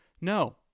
No